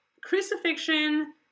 crucifixion